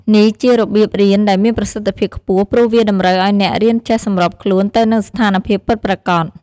នេះជារបៀបរៀនដែលមានប្រសិទ្ធភាពខ្ពស់ ព្រោះវាតម្រូវឱ្យអ្នករៀនចេះសម្របខ្លួនទៅនឹងស្ថានភាពពិតប្រាកដ។